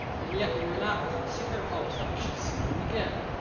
and yet we were not without secret hopes that we should see them again.